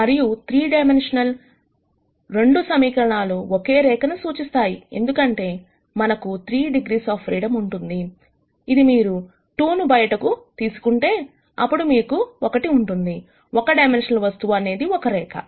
మరియు 3 డైమెన్షన్స్ 2 సమీకరణా లు ఒక రేఖను సూచిస్తాయి ఎందుకంటే మనకు 3 డిగ్రీస్ ఆఫ్ ఫ్రీడం ఉంది ఇది మీరు 2 ను బయటకు తీసుకుంటే అప్పుడు మీకు ఒకటి ఉంటుంది ఒక డైమెన్షనల్ వస్తువు అనేది ఒక రేఖ